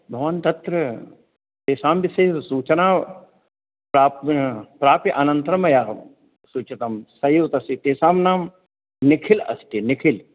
भवान् तत्र तेषां विषये सूचनां प्रा प्राप्य अनन्तरं मया सूच्यतां सः एव तस्य तेषां नाम निखिलः अस्ति निखिलः